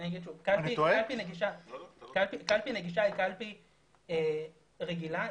קלפי נגישה היא קלפי רגילה,